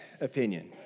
opinion